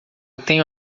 tenho